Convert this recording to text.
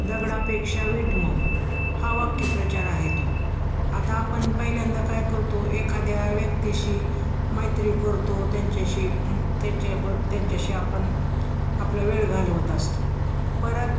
दगडापेक्षा वीट मऊ हा वाक्प्रचार आहे तो आता आपण पहिल्यांदा काय करतो एखाद्या व्यक्तिशी मैत्री करतो त्यांच्याशी त्यांच्या ब त्यांच्याशी आपण आपला वेळ घालवत असतो परत